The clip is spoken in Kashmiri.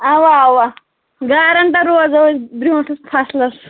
اَوا اَوا گارَنٹَر روزو أسۍ برٛونٛٹھس فَصلَس